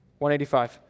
185